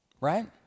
Right